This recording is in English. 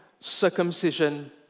circumcision